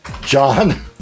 John